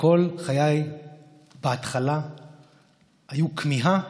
וכל חיי בהתחלה היו כמיהה